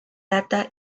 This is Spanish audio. data